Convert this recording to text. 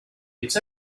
its